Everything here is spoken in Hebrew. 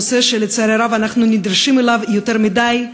נושא שלצערי הרב אנחנו נדרשים לו יותר מדי,